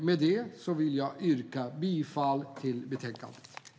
Med det vill jag yrka bifall till utskottets förslag i betänkandet.